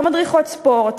לא מדריכות ספורט.